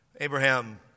Abraham